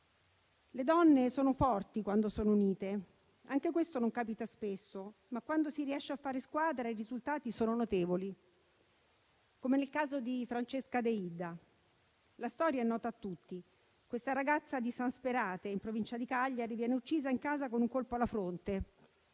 Le donne sono forti quando sono unite. Anche questo non capita spesso, ma, quando si riesce a fare squadra, i risultati sono notevoli, come nel caso di Francesca Deidda. La storia è nota a tutti. Questa ragazza di San Sperate, in provincia di Cagliari, viene uccisa in casa con un colpo alla fronte;